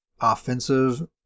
offensive